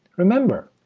remember,